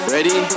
Ready